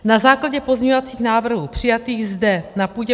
Na základě pozměňovacích návrhů přijatých zde na půdě